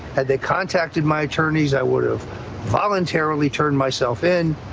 had they contacted my attorneys, i would have voluntarily turned myself in.